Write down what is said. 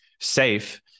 safe